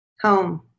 home